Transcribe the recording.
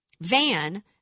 van